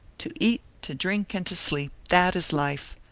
to eat, to drink and to sleep, that is life.